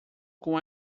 com